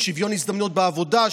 שוויון הזדמנויות בעבודה,